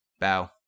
Bow